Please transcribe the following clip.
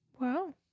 Wow